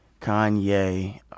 Kanye